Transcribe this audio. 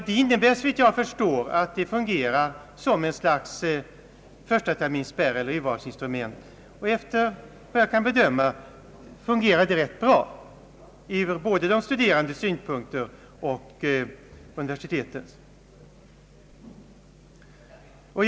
Det innebär såvitt jag förstår att kursen fungerar som ett slags förstaterminsspärr eller urvalsinstrument, och efter vad jag kan bedöma fungerar detta system rätt bra från både de studerandes och universitetens synpunkt.